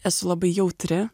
esu labai jautri